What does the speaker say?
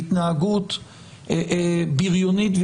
והתנהגות בריונית,